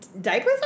Diapers